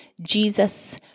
Jesus